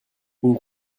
une